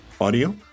Audio